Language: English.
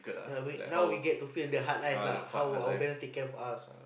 yea we now we get to feel the hard life lah how our parents take care for us